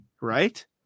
right